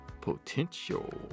potential